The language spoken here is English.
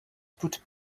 put